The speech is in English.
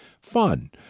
fun